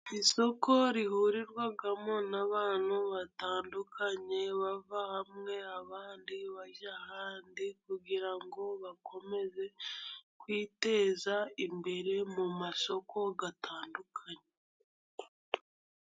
Isoko rihurirwamo n'abantu batandukanye bava hamwe abandi bajya ahandi kugirango bakomeze kwiteza imbere mu masoko atandukanye.